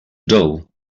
doll